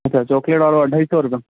अच्छा चॉक्लेट वारो अढाई सौ रुपिया